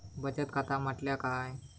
बचत खाता म्हटल्या काय?